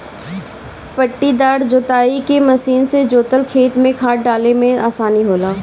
पट्टीदार जोताई के मशीन से जोतल खेत में खाद डाले में आसानी होला